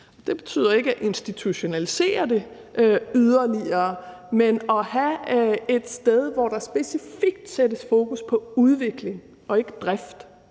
Det betyder ikke, at man skal institutionalisere det yderligere, men at have et sted, hvor der specifikt sættes fokus på udvikling og ikke drift,